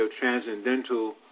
transcendental